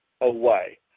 away